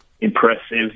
impressive